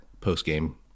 post-game